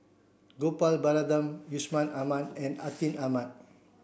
Gopal Baratham Yusman Aman and Atin Amat